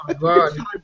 God